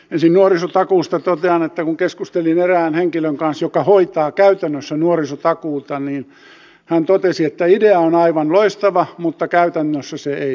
ensin nuorisotakuusta totean että kun keskustelin erään henkilön kanssa joka hoitaa käytännössä nuorisotakuuta niin hän totesi että idea on aivan loistava mutta käytännössä se ei toimi